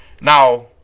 Now